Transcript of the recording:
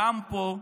גם פה,